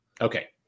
Okay